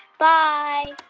bye